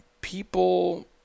people